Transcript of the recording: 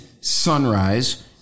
sunrise